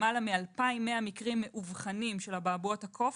למעלה מ-2,100 מקרים מאובחנים של אבעבועות הקוף